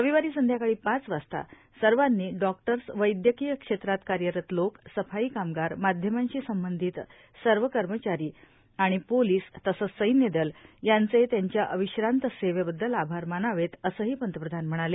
रविवारी संध्याकाळी पाच वाजता सर्वांनी डॉक्टर्स वैदयकीय क्षेत्रात कार्यरत लोक सफाई कामगार माध्यमांशी संबंधित सर्व कर्मचारी आणि पोलिस तसंच सैन्यदल यांचे त्यांच्या अविश्रांत सेवेबददल आभार मानावेत असंही पंतप्रधान म्हणाले